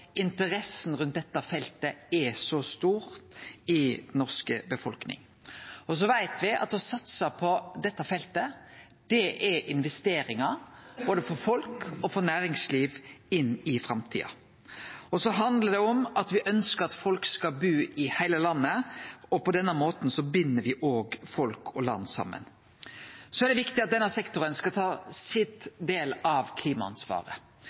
interessa rundt dette feltet er så stor i den norske befolkninga. Me veit at å satse på dette feltet er investeringar både for folk og for næringsliv inn i framtida. Det handlar om at me ønskjer at folk skal bu i heile landet, og på denne måten bind me òg folk og land saman. Det er viktig at denne sektoren skal ta sin del av klimaansvaret.